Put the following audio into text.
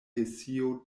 hesio